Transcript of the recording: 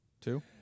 Two